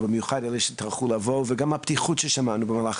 אבל במיוחד אלה שטרחו להגיע וגם על הפתיחות ששמענו במהלך